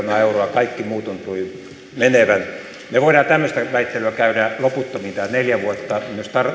kaikki muu tuntui menevän me voimme tämmöistä väittelyä käydä loputtomiin nämä neljä vuotta